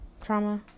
trauma